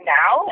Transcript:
now